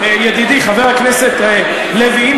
ידידי חבר הכנסת לוי,